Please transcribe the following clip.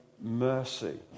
mercy